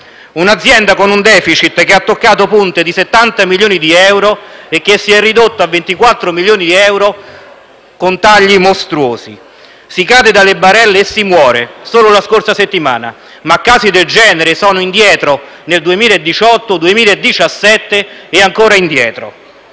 Un'azienda con un *deficit* che ha toccato punte di 70 milioni di euro e che si è ridotto a 24 milioni di euro con tagli mostruosi. Si cade dalle barelle e si muore, solo la scorsa settimana; ma casi del genere sono avvenuti anche nel 2018, nel 2017 e ancora indietro.